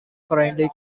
friendly